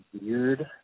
weird